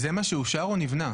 זה מה שאושר או נבנה?